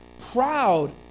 Proud